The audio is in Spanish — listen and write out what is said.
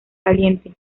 caliente